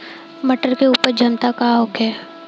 मटर के उपज क्षमता का होखे?